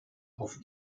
auf